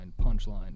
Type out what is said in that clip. punchline